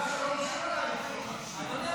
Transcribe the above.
אני,